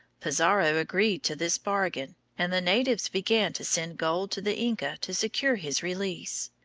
pizarro agreed to this bargain, and the natives began to send gold to the inca to secure his release.